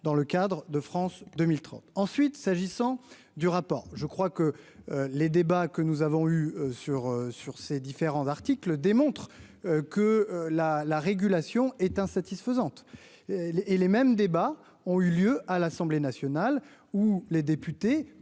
dans le cadre de France 2030, ensuite, s'agissant du rapport, je crois que les débats que nous avons eu sur sur ces différents articles démontre que la la régulation est insatisfaisante les les mêmes débats ont eu lieu à l'Assemblée nationale où les députés